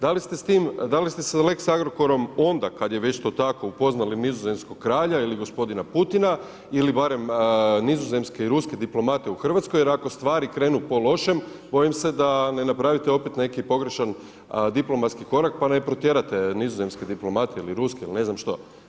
Da li ste sa lex Agrokorom, onda kada je već to tako upoznali nizozemskog kralja ili gospodina Putina, ili barem nizozemske i ruske diplomate u Hrvatskoj jer ako stvari krenu po lošem, bojim se da ne napravite opet neki pogrešan diplomatski korak pa ne protjerate nizozemske diplomate ili ruske ili ne znam što.